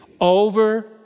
over